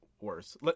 worse